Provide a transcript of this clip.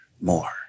more